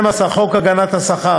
12. חוק הגנת השכר,